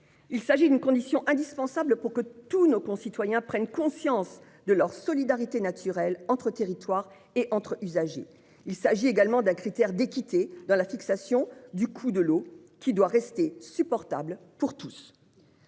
Il y a là une condition indispensable pour que tous nos concitoyens prennent conscience de leur solidarité naturelle, laquelle doit valoir entre territoires comme entre usagers. Il s'agit également d'un critère d'équité dans la fixation du coût de l'eau, qui doit rester supportable pour tous.